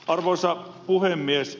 arvoisa puhemies